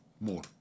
more